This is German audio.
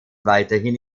weiterhin